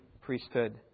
priesthood